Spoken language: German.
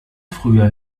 früher